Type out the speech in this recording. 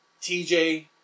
TJ